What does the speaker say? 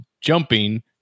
jumping